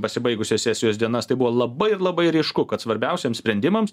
pasibaigusios sesijos dienas tai buvo labai labai ryšku kad svarbiausiems sprendimams